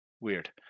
Weird